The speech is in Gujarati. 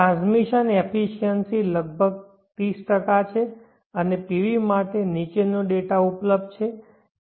ટ્રાન્સમિશન એફિસિઅનસી લગભગ 30 છે અને PV માટે નીચેનો ડેટા ઉપલબ્ધ છે